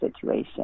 situation